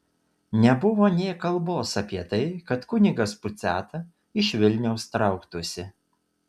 nebuvo nė kalbos apie tai kad kunigas puciata iš vilniaus trauktųsi